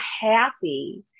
happy